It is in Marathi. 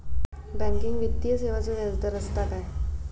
बँकिंग वित्तीय सेवाचो व्याजदर असता काय?